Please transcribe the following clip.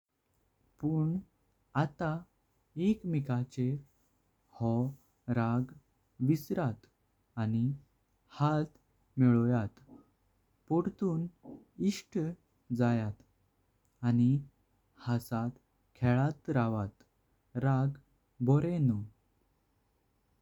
पुन आत एकमेकाचेर हो राग विसरत। आणि हात मेलोवयात परतून इष्ट जायात। आणि हसत खेलत रहात राग बोरनी।